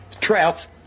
Trouts